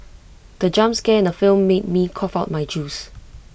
the jump scare in the film made me cough out my juice